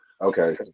Okay